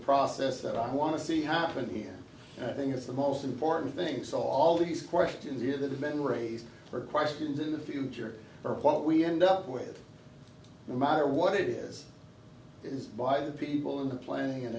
process that i want to see happen here and i think it's the most important thing so all these questions here that have been raised for questions in the future are what we end up with no matter what it is it is by the people in the planning and